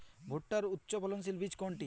ভূট্টার উচ্চফলনশীল বীজ কোনটি?